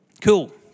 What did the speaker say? Cool